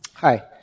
Hi